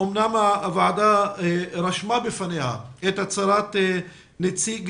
אמנם הוועדה רשמה לפניה את הצהרת נציג